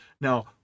Now